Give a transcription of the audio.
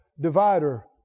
divider